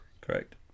Correct